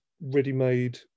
ready-made